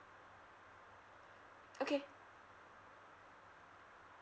okay